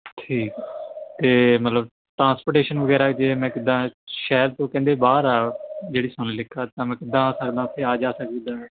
ਠੀਕ ਅਤੇ ਮਤਲਬ ਟਰਾਂਸਪੋਰਟੇਸ਼ਨ ਵਗੈਰਾ ਜੇ ਮੈਂ ਕਿੱਦਾਂ ਸ਼ਹਿਰ ਤੋਂ ਕਹਿੰਦੇ ਬਾਹਰ ਆ ਜਿਹੜੀ ਸੋਨਾਲੀਕਾ ਤਾਂ ਮੈਂ ਕਿੱਦਾਂ ਆ ਸਕਦਾ ਉੱਥੇ ਆ ਜਾ ਸਕਦਾ